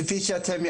כפי שאתם,